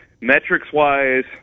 metrics-wise